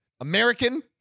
American